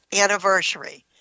anniversary